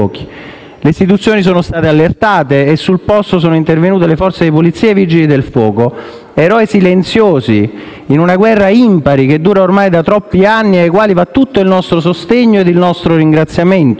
Le istituzioni sono state allertate e sul posto sono intervenute le forze di polizia e i Vigili del fuoco, eroi silenziosi in una guerra impari che dura ormai da troppi anni e ai quali va tutto il nostro sostegno e il nostro ringraziamento.